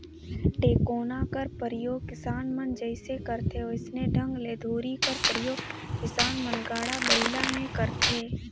टेकोना कर परियोग किसान मन जइसे करथे वइसने ढंग ले धूरी कर परियोग किसान मन गाड़ा बइला मे करथे